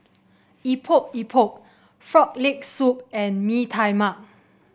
Epok Epok Frog Leg Soup and Mee Tai Mak